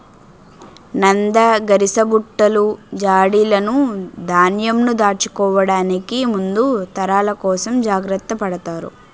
నంద, గరిసబుట్టలు, జాడీలును ధాన్యంను దాచుకోవడానికి ముందు తరాల కోసం జాగ్రత్త పడతారు